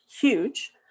huge